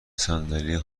صندلی